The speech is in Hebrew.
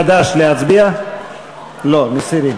חד"ש, הסירו.